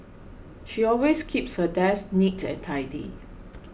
she always keeps her desk neat and tidy